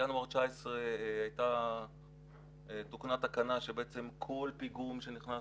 בינואר 19' תוקנה תקנה שבעצם כל פיגום שנכנס